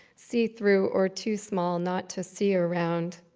see-through or too small not to see around.